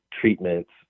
treatments